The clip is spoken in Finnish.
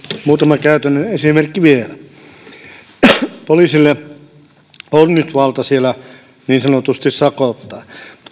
muutama käytännön esimerkki vielä poliisilla on nyt valta niin sanotusti sakottaa